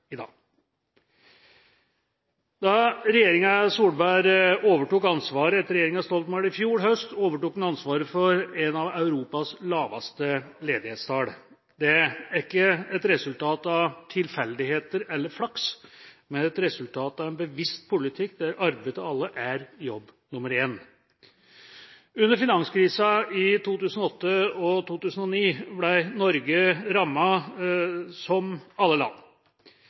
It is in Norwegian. i dag. Da regjeringa Solberg overtok ansvaret etter regjeringa Stoltenberg i fjor høst, overtok den ansvaret for et av Europas laveste ledighetstall. Det er ikke et resultat av tilfeldigheter eller flaks, men av en bevisst politikk der arbeid til alle er jobb nummer én. Under finanskrisen i 2008 og 2009 ble Norge rammet, som alle land.